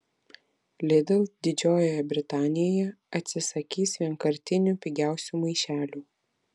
lidl didžiojoje britanijoje atsisakys vienkartinių pigiausių maišelių